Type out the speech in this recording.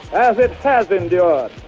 as it has endured,